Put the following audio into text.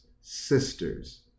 sisters